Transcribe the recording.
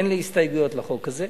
אין לי הסתייגויות לחוק הזה.